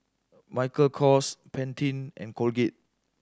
Michael Kors Pantene and Colgate